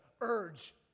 urge